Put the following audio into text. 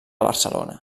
barcelona